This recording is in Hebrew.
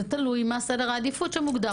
זה תלוי מה סדר העדיפות שמוגדר.